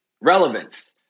relevance